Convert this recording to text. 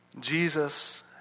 Jesus